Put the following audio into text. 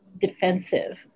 defensive